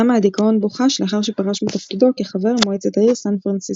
מהדיכאון בו חש לאחר שפרש מתפקידו כחבר מועצת העיר סן פרנסיסקו.